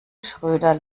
schröder